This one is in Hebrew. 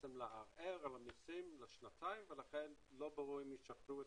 לערער על המסים לשנתיים ולכן לא ברור אם ישחררו את